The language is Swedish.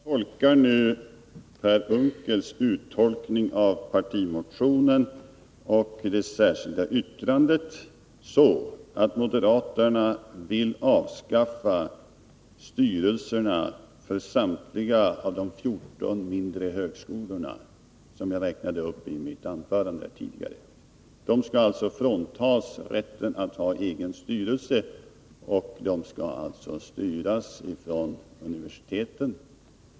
Fru talman! Jag uppfattar nu Per Unckels tolkning av partimotionen och det särskilda yttrandet så, att moderaterna vill avskaffa styrelserna för samtliga de 14 mindre högskolor som jag räknade upp i mitt tidigare anförande. Dessa högskolor skall alltså fråntas rätten att ha egen styrelse. De skall alltså styras av universiteten.